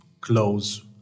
close